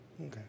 Okay